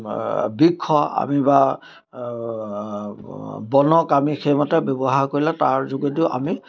বৃক্ষ আমি বা বনক আমি সেইমতে ব্যৱহাৰ কৰিলে তাৰ যোগেদিও আমি